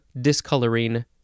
discoloring